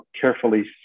carefully